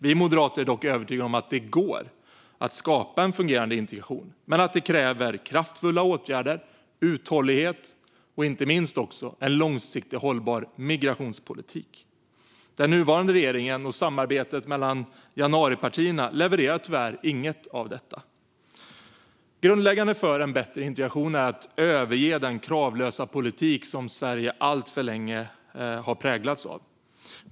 Vi moderater är dock övertygade om att det går att skapa en fungerade integration, men det kräver kraftfulla åtgärder, uthållighet och inte minst också en långsiktigt hållbar migrationspolitik. Den nuvarande regeringen och samarbetet mellan januaripartierna levererar tyvärr inget av detta. Grundläggande för en bättre integration är att överge den kravlösa politik som Sverige alltför länge har präglats av.